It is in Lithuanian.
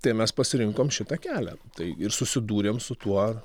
tai mes pasirinkom šitą kelią tai ir susidūrėm su tuo